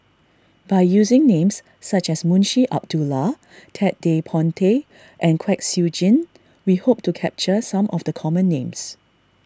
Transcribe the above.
by using names such as Munshi Abdullah Ted De Ponti and Kwek Siew Jin we hope to capture some of the common names